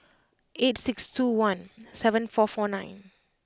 eight six two one seven four four nine